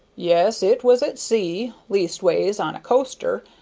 yes, it was at sea leastways, on a coaster.